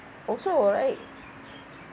also alright